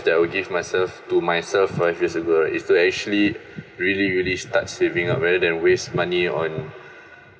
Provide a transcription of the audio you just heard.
that would give myself to myself five years ago right is to actually really really start saving up rather than waste money on